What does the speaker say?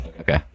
Okay